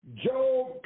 Job